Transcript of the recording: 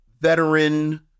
veteran